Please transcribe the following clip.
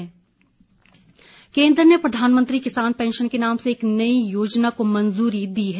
किसान पेंशन केन्द्र ने प्रधानमंत्री किसान पेंशन के नाम से एक नई योजना को मंजूरी दी है